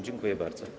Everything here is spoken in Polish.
Dziękuję bardzo.